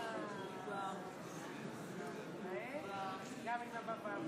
התשפ"ג 2023,